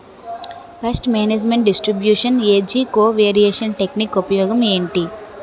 paste management distribution ఏజ్జి covariance technique ఉపయోగం ఏంటి